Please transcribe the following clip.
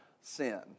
sin